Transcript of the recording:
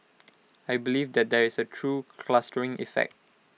I believe there there is A true clustering effect